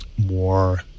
more